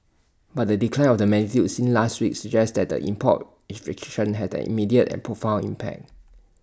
but the decline of the magnitude seen last week suggests that the import restrictions had an immediate and profound impact